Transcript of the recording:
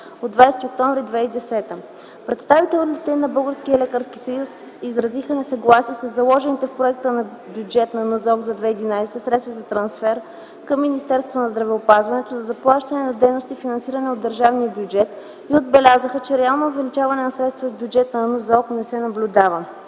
от 20 октомври 2010 г. Представителите на Българския лекарски съюз изразиха несъгласие със заложените в проекта на бюджет на НЗОК за 2011 г. средства за трансфер към Министерството на здравеопазването за заплащане на дейности, финансирани от държавния бюджет и отбелязаха, че реално увеличение на средствата в бюджета на НЗОК не се наблюдава.